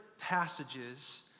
passages